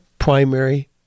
primary